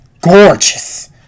gorgeous